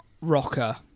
rocker